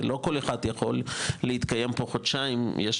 No Go. לא כל אחד יכול להתקיים פה חודשיים ולא לכולם